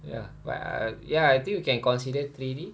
ya but uh ya I think we can consider three D